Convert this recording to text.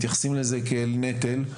מתייחסים לזה כאל נטל,